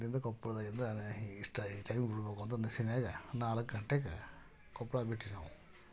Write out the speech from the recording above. ಇಲ್ಲಿಂದ ಕೊಪ್ಪಳದಾಗಿಂದ ನಾನು ಈ ಇಷ್ಟು ಈ ಟೈಮಿಗೆ ಬಿಡಬೇಕು ಅಂತ ನಾಲ್ಕು ಗಂಟೆಗೆ ಕೊಪ್ಪಳ ಬಿಟ್ವಿ ನಾವು